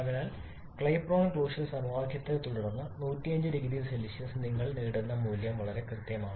അതിനാൽ Clapeyron Clausius സമവാക്യത്തെത്തുടർന്ന് 105 0 സിക്ക് നിങ്ങൾ നേടുന്ന മൂല്യം വളരെ കൃത്യമാണ്